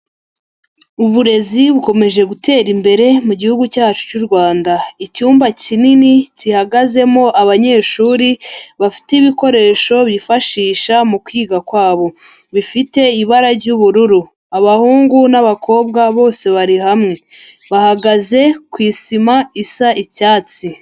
Uburezi bukomeje gutera imbere mu gihugu cyacu cy'u Rwanda. Icyumba kinini gihagazemo abanyeshuri bafite ibikoresho bifashisha mu kwiga kwabo bifite ibara ry'ubururu. Abahungu n'abakobwa bose bari hamwe bahagaze ku isima isa icyatsi.